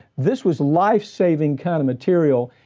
this was life saving kind of material.